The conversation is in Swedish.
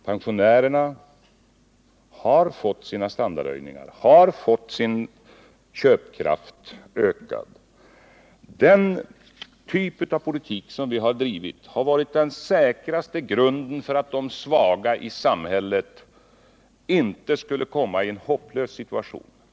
Pensionärerna har fått sina standardhöjningar, har fått sin köpkraft ökad. Den typ av politik som vi har drivit har varit den säkraste grunden för att de svaga i samhället inte skulle komma i en hopplös situation.